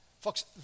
Folks